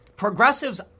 Progressives